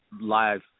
Live